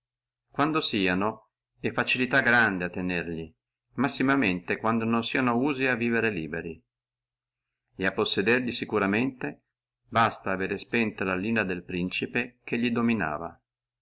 sieno è facilità grande a tenerli massime quando non sieno usi a vivere liberi et a possederli securamente basta avere spenta la linea del principe che li dominava